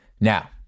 Now